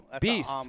Beast